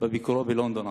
בביקורו בלונדון עכשיו.